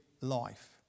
life